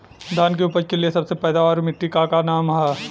धान की उपज के लिए सबसे पैदावार वाली मिट्टी क का नाम ह?